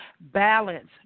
balance